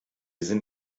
sind